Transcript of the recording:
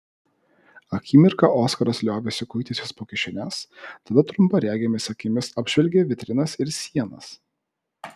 akimirką oskaras liovėsi kuitęsis po kišenes tada trumparegėmis akimis apžvelgė vitrinas ir sienas